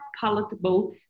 palatable